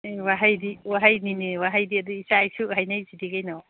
ꯑꯦ ꯋꯥꯍꯩꯗꯤ ꯋꯥꯍꯩꯅꯤꯅꯦ ꯋꯥꯍꯩꯗꯤ ꯑꯗꯨ ꯏꯆꯥ ꯏꯁꯨ ꯍꯥꯏꯅꯩꯁꯤꯗꯤ ꯀꯩꯅꯣ